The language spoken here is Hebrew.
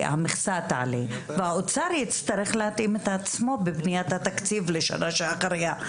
שהמכסה תעלה והאוצר יצטרך להתאים את עצמנו בבניית התקציב לשנה אחריה.